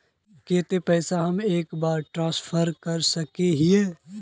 केते पैसा हम एक बार ट्रांसफर कर सके हीये?